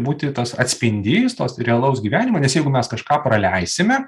būti tas atspindys tos realaus gyvenimo nes jeigu mes kažką praleisime